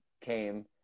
came